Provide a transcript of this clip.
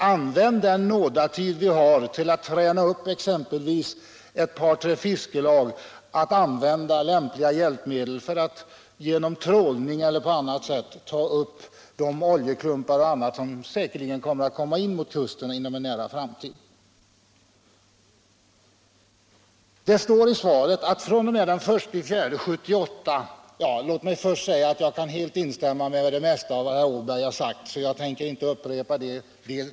Använd den nådatid vi har till att träna upp exempelvis ett par tre fiskelag att använda lämpliga hjälpmedel för att genom trålning eller på annat sätt ta upp de olika klumpar och annat som säkerligen kommer in mot kusterna inom en nära framtid. Låt mig säga att jag helt kan instämma i det mesta av vad herr Åberg har sagt, så jag tänker inte upprepa det.